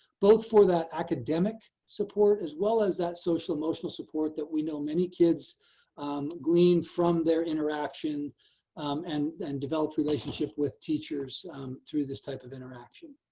both for that academic support, as well as that social, emotional support that we know many kids glean from their and and develop relationship with teachers through this type of interaction.